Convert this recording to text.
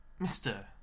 Mr